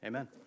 Amen